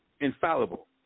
infallible